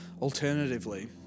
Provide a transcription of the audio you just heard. Alternatively